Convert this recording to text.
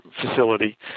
facility